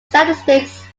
statistics